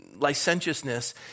licentiousness